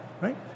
right